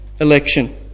election